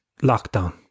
lockdown